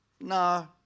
no